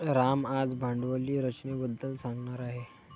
राम आज भांडवली रचनेबद्दल सांगणार आहे